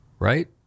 Right